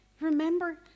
Remember